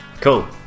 cool